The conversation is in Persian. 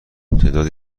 تعدادی